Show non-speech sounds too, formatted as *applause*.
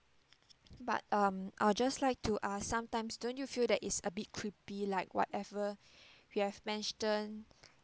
but um I'll just like to ask sometimes don't you feel that it's a bit creepy like whatever *breath* we have mentioned